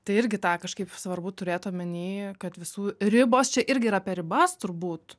tai irgi tą kažkaip svarbu turėt omeny kad visų ribos čia irgi yra apie ribas turbūt